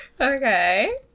Okay